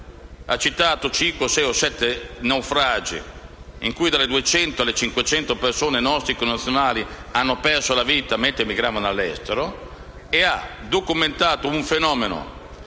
Ha citato circa sei naufragi in cui dai 200 ai 500 connazionali hanno perso la vita mentre migravano all'estero e ha documentato un fenomeno